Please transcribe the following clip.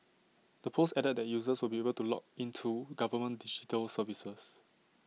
the post added that users would be able to log into government digital services